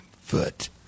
foot